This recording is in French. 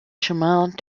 chemins